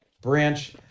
branch